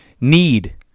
need